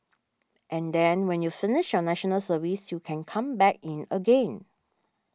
and then when you finish your National Service you can come back in again